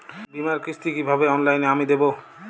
বীমার কিস্তি কিভাবে অনলাইনে আমি দেবো?